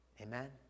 Amen